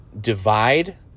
divide